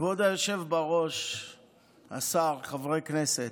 כבוד היושב בראש, השר, חברי כנסת,